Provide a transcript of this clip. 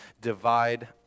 divide